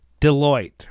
Deloitte